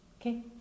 okay